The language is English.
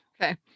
okay